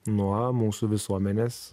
nuo mūsų visuomenės